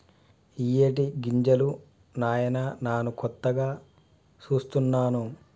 ఇయ్యేటి గింజలు నాయిన నాను కొత్తగా సూస్తున్నాను